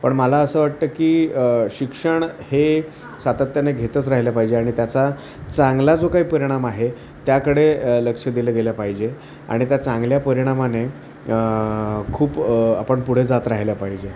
पण मला असं वाटतं की शिक्षण हे सातत्याने घेतच राहिलं पाहिजे आणि त्याचा चांगला जो काही परिणाम आहे त्याकडे लक्ष दिलं गेलं पाहिजे आणि त्या चांगल्या परिणामाने खूप आपण पुढे जात राह्यला पाहिजे